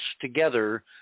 together